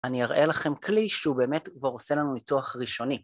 אני אראה לכם כלי שהוא באמת כבר עושה לנו ניתוח ראשוני.